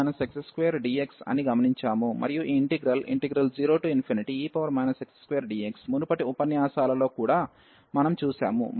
మరియు ఈ integral 0e x2dx మునుపటి ఉపన్యాసాలలో కూడా మనం చూసాము